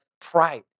pride